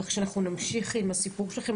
כך שאנחנו נמשיך עם הסיפור שלכם,